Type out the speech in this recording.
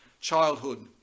childhood